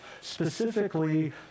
specifically